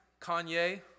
Kanye